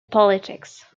politics